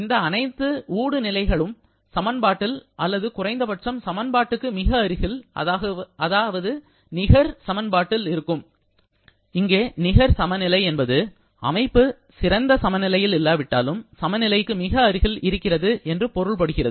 இந்த அனைத்து ஊடுநிலைகளும் சமன்பாட்டில் அல்லது குறைந்தபட்சம் சமன்பாட்டுக்கு மிக அருகில் அதாவது நிகர் சமன்பாட்டில் இருக்கும் இங்கே நிகர் சமநிலை என்பது அமைப்பு சிறந்த சமநிலையில் இல்லாவிட்டாலும் சமநிலைக்கு மிக அருகில் இருக்கிறது என்று பொருள்படுகிறது